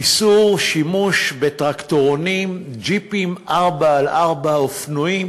איסור שימוש בטרקטורונים, ג'יפים, 4x4, ואופנועים